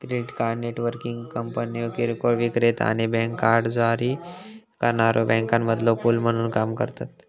credit card networking कंपन्यो किरकोळ विक्रेता आणि बँक कार्ड जारी करणाऱ्यो बँकांमधलो पूल म्हणून काम करतत